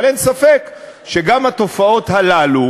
אבל אין ספק שגם התופעות הללו,